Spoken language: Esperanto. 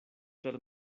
per